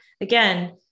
again